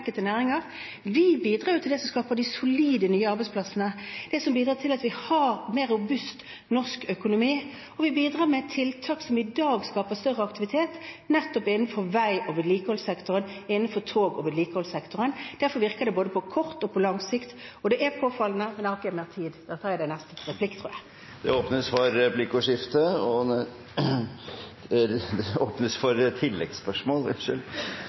næringer? Vi bidrar til det som skaper de solide nye arbeidsplassene, bidrar til at vi har en mer robust norsk økonomi, og vi bidrar med tiltak som i dag skaper større aktivitet, nettopp innenfor veivedlikeholdssektoren, innenfor togvedlikeholdssektoren. Derfor virker det både på kort og på lang sikt, og det er påfallende … Nå har jeg ikke mer tid, så da tar jeg det i neste replikk, tror jeg. Det blir oppfølgingsspørsmål – først Dag Terje Andersen. Det skal bli anledning til å svare på spørsmålet fra representanten Gahr Støre. For